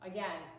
Again